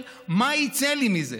היא של: מה ייצא לי מזה?